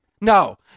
No